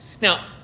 Now